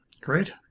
Great